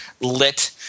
lit –